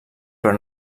però